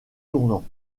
tournant